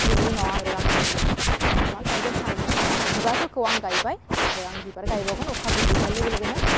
बिनि उनाव आरो आङो आङो मा गायगोन सान बिबारफोरखौ आं गायबाय आरो आं बिबार गायबावगोन अखा गोग्लैनाय लोगो लोगोनो